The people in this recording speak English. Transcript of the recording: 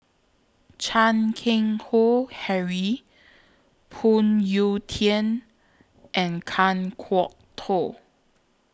Chan Keng Howe Harry Phoon Yew Tien and Kan Kwok Toh